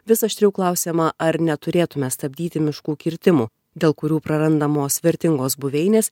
vis aštriau klausiama ar neturėtume stabdyti miškų kirtimų dėl kurių prarandamos vertingos buveinės